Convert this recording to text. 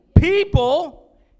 People